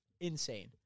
Insane